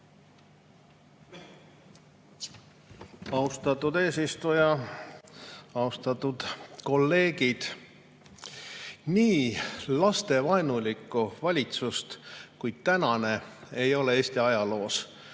Austatud eesistuja! Austatud kolleegid! Nii lastevaenulikku valitsust kui tänane ei ole Eesti ajaloos